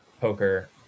poker